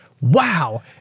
wow